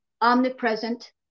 omnipresent